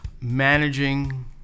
Managing